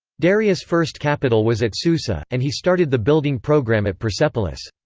darius' first capital was at susa, and he started the building programme at persepolis.